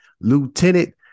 Lieutenant